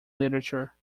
literature